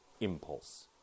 impulse